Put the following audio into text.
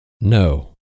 No